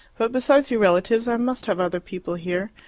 but besides your relatives i must have other people here.